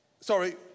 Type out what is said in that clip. Sorry